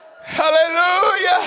Hallelujah